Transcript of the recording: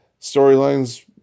Storylines